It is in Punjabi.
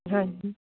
ਹਾਂਜੀ